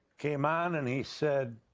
came on and he said,